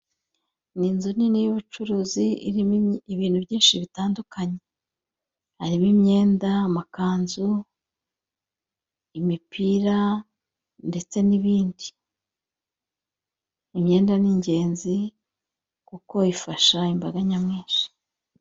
Ni inzu nini y'ubucuruzi irimo ibintu byinshi bitandukanye harimo imyenda, amakanzu, imipira, ndetse n'ibindi. Imyenda ni ingenzi kuko ifasha imbaga nyamwinshi.